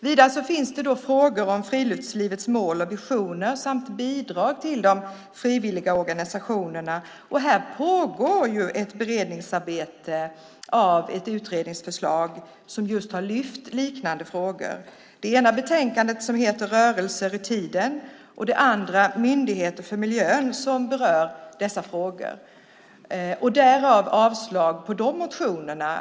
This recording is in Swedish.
Vidare finns det frågor om friluftslivets mål och visioner samt om bidrag till de frivilliga organisationerna. Här pågår ju ett beredningsarbete av ett utredningsförslag som just har lyft fram liknande frågor. Det ena betänkandet heter Rörelser i tiden och det andra heter Myndigheter för miljön , och de berör dessa frågor. Därav yrkas avslag på de motionerna.